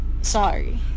Sorry